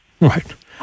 Right